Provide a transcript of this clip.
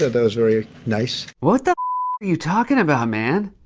ah that was very nice. what the are you talking about, man?